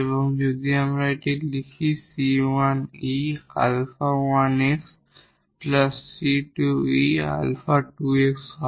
এবং যদি আমরা এটি লিখি 𝑐1𝑒 𝛼1𝑥 𝑐2𝑒 𝛼2𝑥 হয়